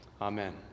Amen